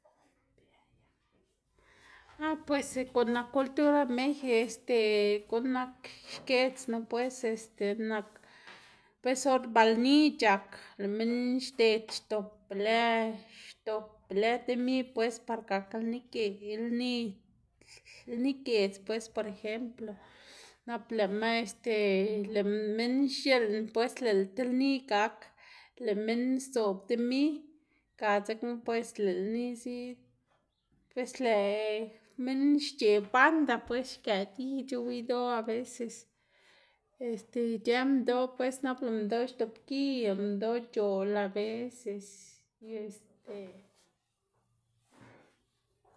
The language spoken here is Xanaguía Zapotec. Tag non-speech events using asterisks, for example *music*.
*noise* ah puese guꞌn nak cultura mexe este guꞌn nak xkiedznu pues este nak pues or ba lni c̲h̲ak lë' minn xded xdop be lë xdop be lë dimi pues par gak lni gie, lni giedz pues por ejemplo nap lëꞌma este lëꞌ minn x̱iꞌlna lëꞌ ti lni gak, lëꞌ minn sdzoꞌb dimi ga dzekna pues lëꞌ lni ziꞌd pues lëꞌ minn xc̲h̲eꞌ banda pues xkëꞌ di c̲h̲ow idoꞌ aveces este ic̲h̲ë minndoꞌ pues nap lëꞌ minndoꞌ xdoꞌpgiy, lëꞌ minndoꞌ c̲h̲oꞌl aveces y este. *noise*